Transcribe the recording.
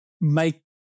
make